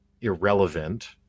irrelevant